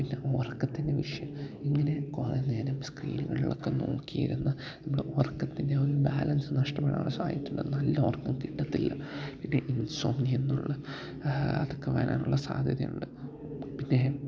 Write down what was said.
പിന്നെ ഉറക്കത്തിൻ്റെ വിഷയം ഇങ്ങനെ കുറേ നേരം സ്ക്രീനുകളിലൊക്കെ നോക്കിയിരുന്ന് നമ്മുടെ ഉറക്കത്തിൻ്റെ ഒരു ബാലൻസ് നഷ്ടപ്പെടാനുള്ള സാധ്യതയുണ്ട് നല്ല ഉറക്കം കിട്ടത്തില്ല പിന്നെ ഇൻസോംനിയ എന്നുള്ള അതൊക്കെ വരാനുള്ള സാധ്യതയുണ്ട് പിന്നെ